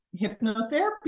hypnotherapy